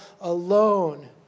alone